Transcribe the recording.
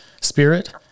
Spirit